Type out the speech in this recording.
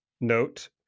note